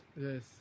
Yes